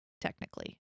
technically